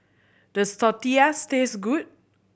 does Tortillas taste good